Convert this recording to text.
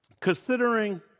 considering